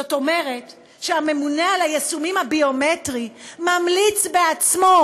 זאת אומרת שהממונה על היישומים הביומטריים ממליץ בעצמו: